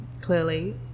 Clearly